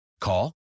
Call